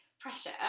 pressure